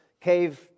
cave